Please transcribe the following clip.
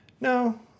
no